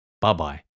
Bye-bye